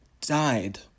died